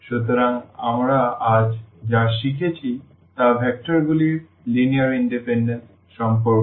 সুতরাং আমরা আজ যা শিখেছি তা ভেক্টরগুলির লিনিয়ার ইনডিপেনডেন্স সম্পর্কে